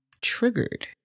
triggered